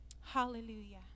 hallelujah